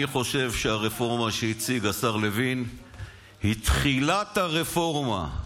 אני חושב שהרפורמה שהציג השר לוין היא תחילת הרפורמה.